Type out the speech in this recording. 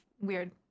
weird